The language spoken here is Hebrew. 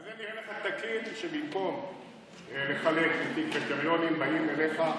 זה נראה לך תקין שבמקום לחלק לפי קריטריונים באים אליך,